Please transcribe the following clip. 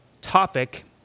topic